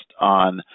on